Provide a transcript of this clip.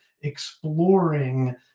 exploring